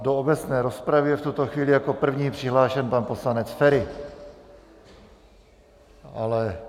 do obecné rozpravy je v tuto chvíli jako první přihlášen pan poslanec Feri, ale...